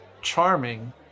charming